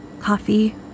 Coffee